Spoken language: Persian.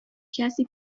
کسی